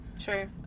Sure